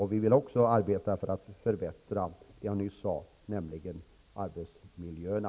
Vi vill, som jag nyss sade, arbeta för att förbättra arbetsmiljöerna.